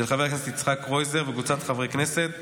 של חבר הכנסת יצחק קרויזר וקבוצת חברי הכנסת,